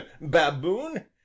baboon